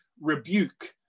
rebuke